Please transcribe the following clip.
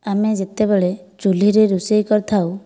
ଆମେ ଯେତେବେଳେ ଚୁଲିରେ ରୋଷେଇ କରିଥାଉ